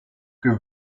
que